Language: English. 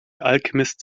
alchemist